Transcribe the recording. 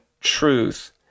truth